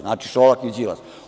Znači, Šolak i Đilas.